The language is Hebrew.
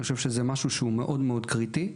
אני חושב שזה משהו שהוא מאוד-מאוד קריטי.